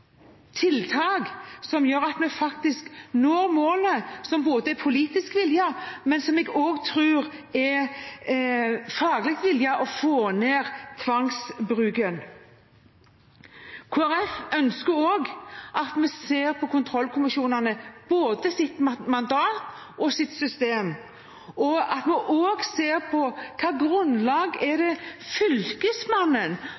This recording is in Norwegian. faktisk når målet som er politisk villet, men som jeg også tror er faglig villet: å få ned tvangsbruken. Kristelig Folkeparti ønsker også at vi ser på kontrollkommisjonenes mandat og system, og at vi ser på hvilket grunnlag